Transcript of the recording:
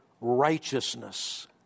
righteousness